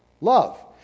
Love